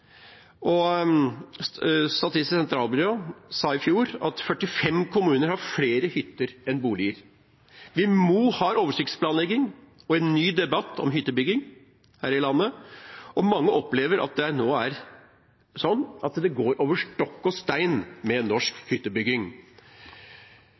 Statistisk sentralbyrå sa i fjor at 45 kommuner har flere hytter enn boliger. Vi må ha en oversiktsplanlegging og en ny debatt om hyttebygging her i landet. Mange opplever at det nå er sånn at det går over stokk og stein med norsk